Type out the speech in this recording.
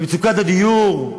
במצוקת הדיור,